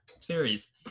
series